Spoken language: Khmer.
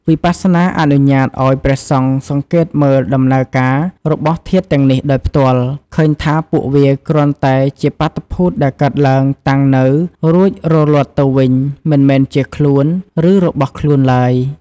វិបស្សនាអនុញ្ញាតឱ្យព្រះសង្ឃសង្កេតមើលដំណើរការរបស់ធាតុទាំងនេះដោយផ្ទាល់ ឃើញថាពួកវាគ្រាន់តែជាបាតុភូតដែលកើតឡើង តាំងនៅ រួចរលត់ទៅវិញ មិនមែនជា "ខ្លួន" ឬ "របស់ខ្លួន" ឡើយ។